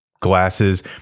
glasses